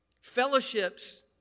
Fellowships